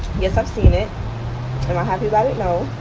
yes i've seen it. am i happy about it? no.